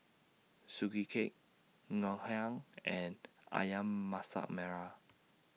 Sugee Cake Ngoh Hiang and Ayam Masak Merah